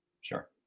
Sure